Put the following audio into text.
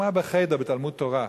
אמרה: ב"חדר", בתלמוד-תורה.